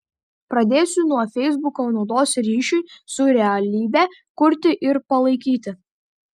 pradėsiu nuo feisbuko naudos ryšiui su realybe kurti ir palaikyti